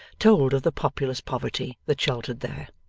told of the populous poverty that sheltered there.